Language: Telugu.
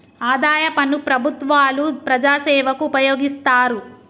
ఆదాయ పన్ను ప్రభుత్వాలు ప్రజాసేవకు ఉపయోగిస్తారు